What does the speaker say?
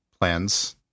plans